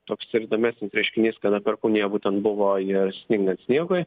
toks ir įdomesnis reiškinys kada perkūnija būtent buvo ir sningant sniegui